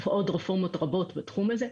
עוד רפורמות רבות בתחום הזה,